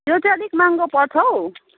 यो चाहिँ अलिक महँगो पर्छ हौ